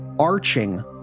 arching